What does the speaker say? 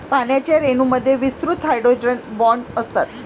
पाण्याच्या रेणूंमध्ये विस्तृत हायड्रोजन बॉण्ड असतात